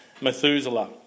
Methuselah